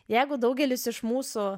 jeigu daugelis iš mūsų